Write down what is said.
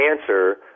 answer